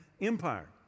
Empire